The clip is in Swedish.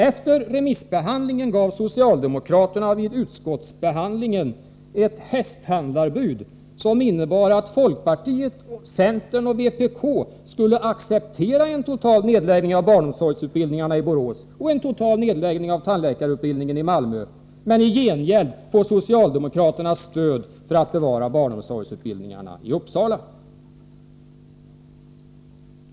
Efter remissbehandlingen gav socialdemokraterna vid utskottsbehandlingen ett hästhandlarbud, som innebar att folkpartiet, centern och vpk skulle acceptera en total nedläggning av barnomsorgsutbildningarna i Borås och en total nedläggning av tandläkarutbildningen i Malmö men i gengäld få socialdemokraternas stöd för att bevara barnomsorgsutbildningarna i Uppsala.